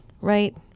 right